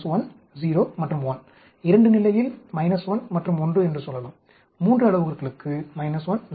2 நிலையில் 1 மற்றும் 1 என்று சொல்லலாம் 3 அளவுருக்களுக்கு 1 0 1